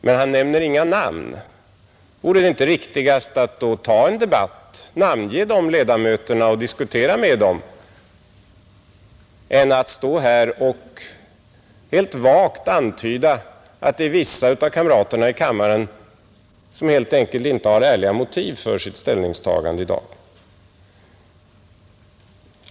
Men han nämner inga namn, Vore det inte riktigast att ta en debatt, namnge de ledamöterna och diskutera med dem än att stå här och helt vagt antyda att det är vissa av kamraterna i kammaren som helt enkelt inte har ärliga motiv för sitt ställningstagande i dag?